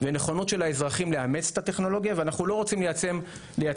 ונכונות של האזרחים לאמץ את הטכנולוגיה ואנחנו לא רוצים לייצר